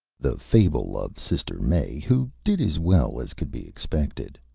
the fable of sister mae, who did as well as could be expected